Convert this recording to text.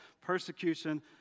persecution